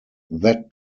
that